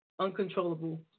uncontrollable